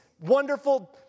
wonderful